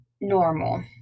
normal